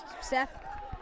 Seth